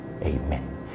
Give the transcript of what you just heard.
Amen